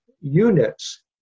units